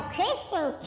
Christian